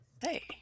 Hey